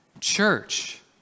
church